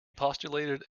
postulated